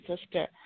sister